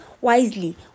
wisely